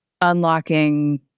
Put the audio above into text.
unlocking